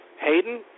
Hayden